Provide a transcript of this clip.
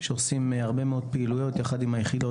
שעושים הרבה מאוד פעילויות יחד עם היחידות